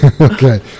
Okay